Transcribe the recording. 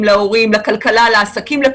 אנחנו הולכים על מגבלות ההתקהלות החמורות